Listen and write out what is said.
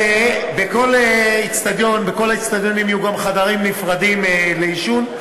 ובכל האיצטדיונים יהיו גם חדרים נפרדים לעישון,